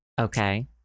Okay